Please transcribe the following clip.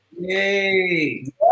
Yay